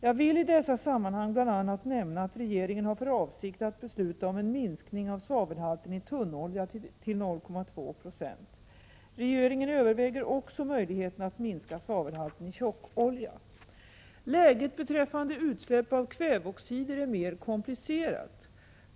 Jag vill i sammanhanget bl.a. nämna att regeringen har för avsikt att besluta om en minskning av svavelhalten i tunnolja till 0,2 26. Regeringen överväger också möjligheterna att minska svavelhalten i tjockolja. Läget beträffande utsläpp av kväveoxider är mera komplicerat.